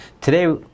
Today